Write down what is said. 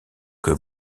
que